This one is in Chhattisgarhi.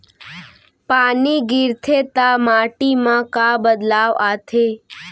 पानी गिरथे ता माटी मा का बदलाव आथे?